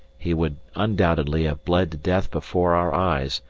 he would undoubtedly have bled to death before our eyes,